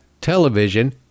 television